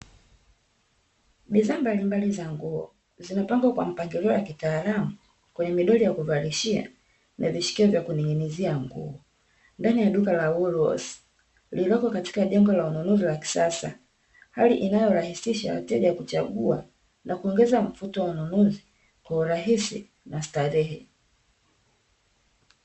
Bidhaa mbalimbali za nguo zimepangwa kwa mpangilio wa kitaalamu, kwenye midori ya kuvalishia, na vishikio vya kuning'inizia nguo, ndani ya duka la "Woolworths" lililoko katika jengo la ununuzi la kisasa, hali inayorahisisha wateja kuchagua na kuongeza mvuto wa ununuzi kwa urahisi na starehe.